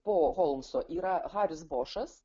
po holmso yra haris bošas